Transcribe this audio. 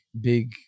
big